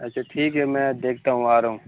اچھا ٹھیک ہے میں دیکھتا ہوں آ رہا ہوں